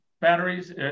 batteries